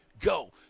go